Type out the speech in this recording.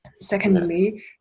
Secondly